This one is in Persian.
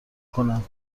کنند